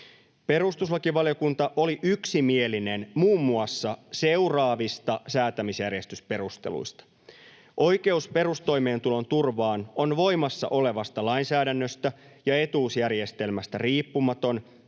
Perustuslakivaliokunta oli yksimielinen muun muassa seuraavista säätämisjärjestysperusteluista. Oikeus perustoimeentulon turvaan on voimassa olevasta lainsäädännöstä ja etuusjärjestelmästä riippumaton